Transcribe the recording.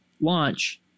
launch